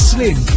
Slim